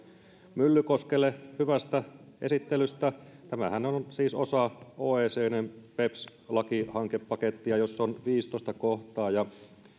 myllykoskelle hyvästä esittelystä tämähän on on siis osa oecdn beps lakihankepakettia jossa on viidestoista kohtaa